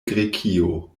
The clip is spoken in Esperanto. grekio